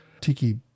tiki